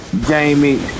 Jamie